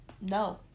No